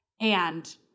And-